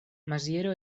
maziero